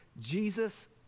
Jesus